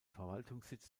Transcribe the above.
verwaltungssitz